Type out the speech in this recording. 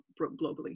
globally